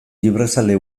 librezale